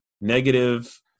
negative